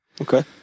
Okay